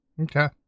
Okay